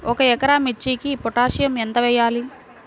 ఒక ఎకరా మిర్చీకి పొటాషియం ఎంత వెయ్యాలి?